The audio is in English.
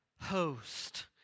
host